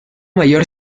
mayor